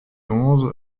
onze